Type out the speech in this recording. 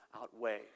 outweigh